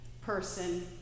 person